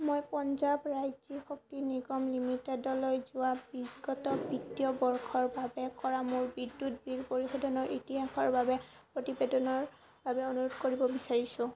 মই পঞ্জাৱ ৰাজ্যিক শক্তি নিগম লিমিটেডলৈ যোৱা বিগত বিত্তীয় বৰ্ষৰ বাবে কৰা মোৰ বিদ্যুৎ বিল পৰিশোধৰ ইতিহাসৰ এটা প্ৰতিবেদনৰ বাবে অনুৰোধ কৰিব বিচাৰিছোঁ